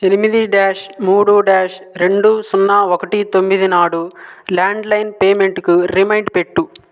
ఎనిమిది డ్యాష్ మూడు డ్యాష్ రెండు సున్నా ఒకటి తొమ్మిది నాడు ల్యాండ్ లైన్ పేమెంటు కి రిమైండ్ పెట్టు